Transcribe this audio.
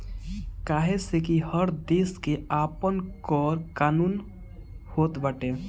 काहे से कि हर देस के आपन कर कानून होत बाटे